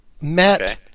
Matt